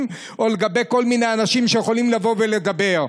או לגבי כל מיני אנשים שיכולים לבוא ולדבר.